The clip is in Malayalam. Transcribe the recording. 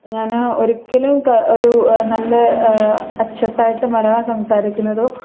ഞാൻ ഒരിക്കലും ഒരു നല്ല അച്ചട്ടായിട്ട് മലയാളം സംസാരിക്കുന്നതോ